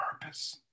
purpose